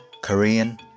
Korean